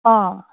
অঁ